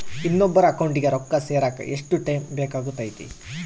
ಇನ್ನೊಬ್ಬರ ಅಕೌಂಟಿಗೆ ರೊಕ್ಕ ಸೇರಕ ಎಷ್ಟು ಟೈಮ್ ಬೇಕಾಗುತೈತಿ?